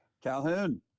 Calhoun